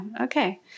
Okay